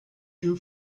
you